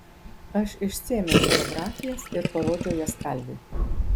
aš išsiėmiau fotografijas ir parodžiau jas kalviui